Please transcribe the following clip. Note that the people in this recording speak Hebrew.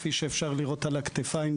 כפי שאפשר לראות על הכתפיים,